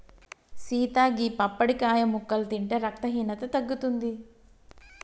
సీత గీ పప్పడికాయ ముక్కలు తింటే రక్తహీనత తగ్గుతుంది